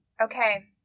Okay